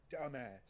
Dumbass